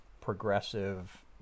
progressive